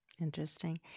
Interesting